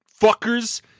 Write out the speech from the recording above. fuckers